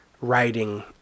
writing